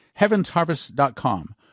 HeavensHarvest.com